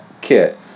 kit